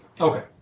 Okay